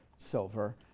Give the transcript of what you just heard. silver